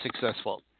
successful